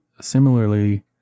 similarly